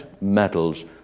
metals